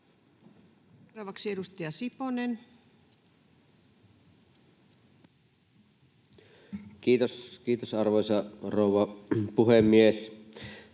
toimi. Edustaja Suhonen. Kiitos, arvoisa rouva puhemies!